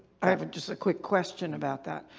i have just a quick question about that.